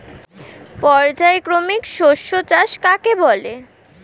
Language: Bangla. পর্যায়ক্রমিক শস্য চাষ কাকে বলে?